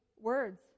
words